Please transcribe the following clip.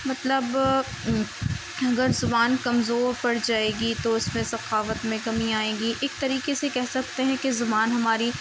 مطلب اگر زبان کمزور پڑ جائے گی تو اس میں ثقاوت میں کمی آئے گی ایک طریقے سے کہہ سکتے ہیں کہ زبان ہماری